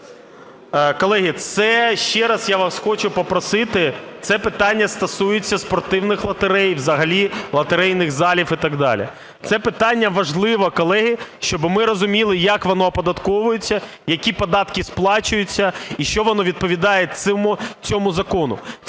Колеги, це ще раз я вас хочу попросити, це питання стосується спортивних лотерей і взагалі лотерейних залів і так далі. Це питання важливо, колеги, щоби ми розуміли, як воно оподатковується, які податки сплачуються і що воно відповідає цьому закону.